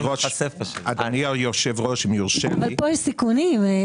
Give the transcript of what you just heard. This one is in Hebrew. אבל פה יש סיכונים.